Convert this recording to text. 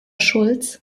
schulz